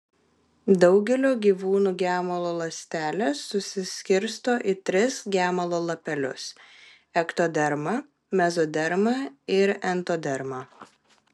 daugelio gyvūnų gemalo ląstelės susiskirsto į tris gemalo lapelius ektodermą mezodermą ir entodermą